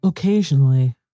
Occasionally